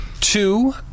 two